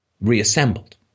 reassembled